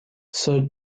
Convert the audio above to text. sir